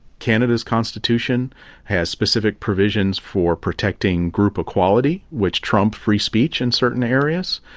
canada's constitution has specific provisions for protecting group equality, which trump free speech in certain areas,